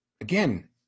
again